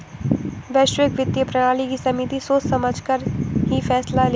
वैश्विक वित्तीय प्रणाली की समिति सोच समझकर ही फैसला लेती है